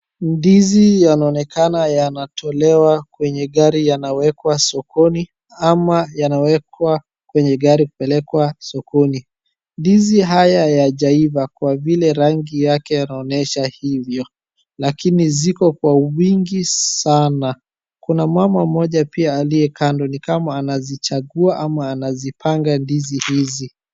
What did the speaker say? Ndizi yanaonekana yanatolewa kwenye gari yanawekwa sokoni ama yanawekwa kwenye gari kupelekwa sokoni. Ndizi haya yajaiva kwa vile rangi yake yanaonyesha hivyo lakini ziko kwa wingi sana, kuna mmama mmoja aliye kando ni kama anazichagua ama anazipanga ndizi hizi.